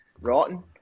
Rotten